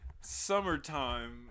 summertime